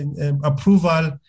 approval